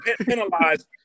penalized